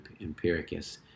empiricus